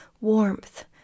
warmth